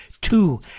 two